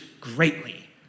greatly